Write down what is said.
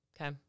okay